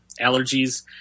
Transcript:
allergies